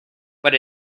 but